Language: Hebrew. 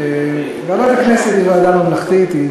ועדת הכנסת היא ועדה ממלכתית,